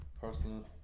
personal